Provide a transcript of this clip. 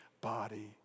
body